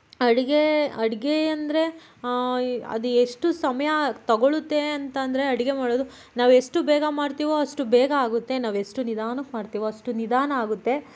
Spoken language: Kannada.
ಅಡುಗೆ ಅಡುಗೆ ಅಂದರೆ ಅದು ಎಷ್ಟು ಸಮಯ ತಗೊಳುತ್ತೇ ಅಂತಂದರೆ ಅಡುಗೆ ಮಾಡೋದು ನಾವೆಷ್ಟು ಬೇಗ ಮಾಡ್ತೀವೊ ಅಷ್ಟು ಬೇಗ ಆಗುತ್ತೆ ನಾವೆಷ್ಟು ನಿಧಾನಕ್ ಮಾಡ್ತೀವೊ ಅಷ್ಟು ನಿಧಾನ ಆಗುತ್ತೆ